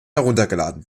heruntergeladen